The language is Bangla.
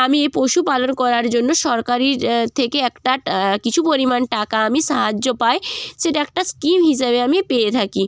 আমি এই পশু পালন করার জন্য সরকারি থেকে একটা কিছু পরিমাণ টাকা আমি সাহায্য পাই সেটা একটা স্কিম হিসাবে আমি পেয়ে থাকি